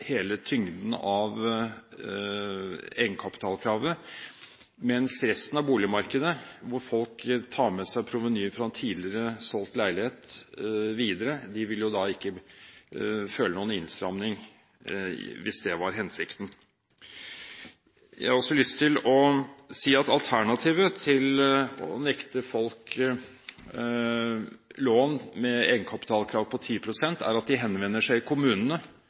hele tyngden av egenkapitalkravet, mens resten av boligmarkedet, hvor folk tar med seg provenyer fra en tidligere solgt leilighet videre, ikke vil føle noen innstramning – hvis det var hensikten. Jeg har også lyst til å si at alternativet til å nekte folk lån med egenkapitalkrav på 10 pst. er at de henvender seg i kommunene,